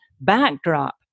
backdrop